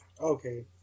Okay